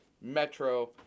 Metro